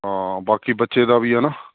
ਹਾਂ ਬਾਕੀ ਬੱਚੇ ਦਾ ਵੀ ਹੈ ਨਾ